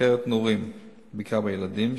סוכרת נעורים,